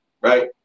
Right